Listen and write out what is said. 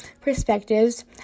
perspectives